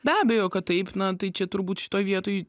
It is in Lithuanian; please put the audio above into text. be abejo kad taip na tai čia turbūt šitoj vietoj